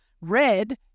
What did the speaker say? Red